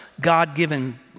God-given